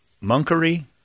monkery